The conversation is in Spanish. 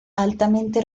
altamente